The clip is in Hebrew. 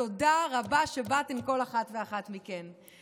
תודה רבה שבאתן, כל אחת ואחת מכן.